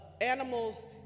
animals